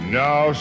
now